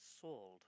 sold